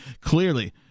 clearly